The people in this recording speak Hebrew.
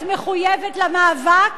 את מחויבת למאבק